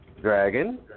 Dragon